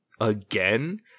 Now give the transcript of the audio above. again